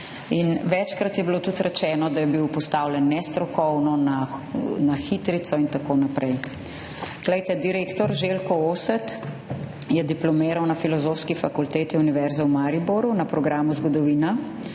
Večkrat je bilo tudi rečeno, da je bil postavljen nestrokovno, na hitrico in tako naprej. Glejte, direktor Željko Oset je diplomiral na Filozofski fakulteti Univerze v Mariboru na programu Zgodovina